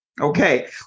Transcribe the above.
okay